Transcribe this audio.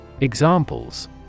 Examples